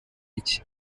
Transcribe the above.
iki